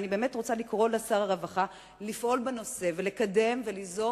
אני באמת רוצה לקרוא לשר הרווחה לפעול בנושא ולקדם וליזום,